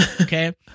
Okay